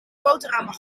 boterhammen